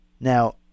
Now